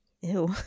Ew